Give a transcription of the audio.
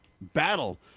battle